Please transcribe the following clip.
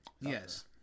Yes